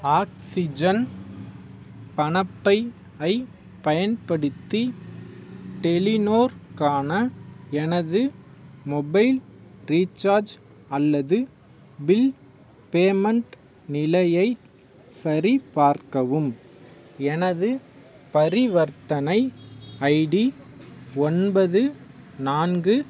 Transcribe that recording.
oxygen பணப்பை ஐப் பயன்படுத்தி டெலிநோர்க்கான எனது மொபைல் ரீசார்ஜ் அல்லது பில் பேமெண்ட் நிலையைச் சரிபார்க்கவும் எனது பரிவர்த்தனை ஐடி ஒன்பது நான்கு